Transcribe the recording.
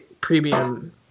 premium